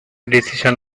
decision